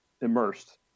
immersed